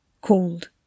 Cold